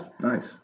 nice